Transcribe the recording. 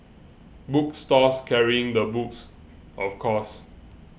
book stores carrying the books of course